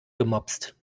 gemopst